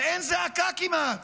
ואין זעקה כמעט.